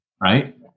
Right